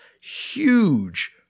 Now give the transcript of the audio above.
huge